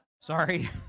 Sorry